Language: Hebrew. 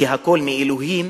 שהכול מאלוהים,